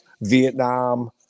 Vietnam